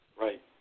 Right